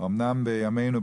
אמנם בימינו,